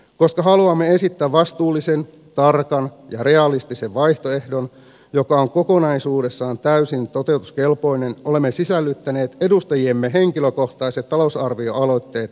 koska haluamme esittää vastuullisen tarkan ja realistisen vaihtoehdon joka on kokonaisuudessaan täysin toteutuskelpoinen olemme sisällyttäneet edustajiemme henkilökohtaiset talousarvioaloitteet varjobudjettiimme